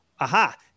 Aha